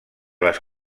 les